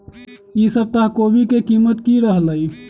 ई सप्ताह कोवी के कीमत की रहलै?